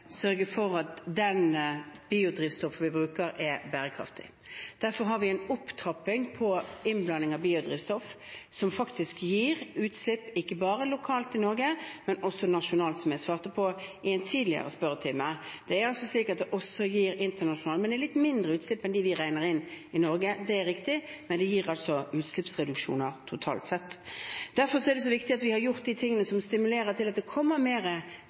sørge for at det biodrivstoffet vi bruker, er bærekraftig. Derfor har vi en opptrapping på innblanding av biodrivstoff som faktisk virker inn på utslipp, ikke bare lokalt i Norge, men også nasjonalt, som jeg svarte på i en tidligere spørretime. Det er altså slik at det også gir virkning internasjonalt. Det er litt mindre på utslipp enn det vi regner inn i Norge, det er riktig, men det gir altså utslippsreduksjoner totalt sett. Derfor er det så viktig at vi har gjort de tingene som stimulerer til at det kommer